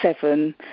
seven